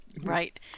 right